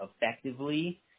effectively